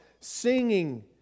singing